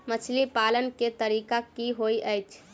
मछली पालन केँ तरीका की होइत अछि?